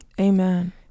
Amen